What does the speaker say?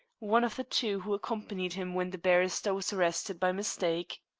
one of the two who accompanied him when the barrister was arrested by mistake.